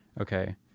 Okay